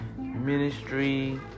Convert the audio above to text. ministry